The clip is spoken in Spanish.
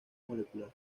molecular